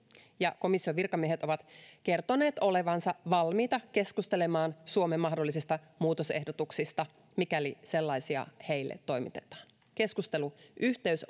ja komission virkamiehet ovat kertoneet olevansa valmiita keskustelemaan suomen mahdollisista muutosehdotuksista mikäli sellaisia heille toimitetaan keskusteluyhteys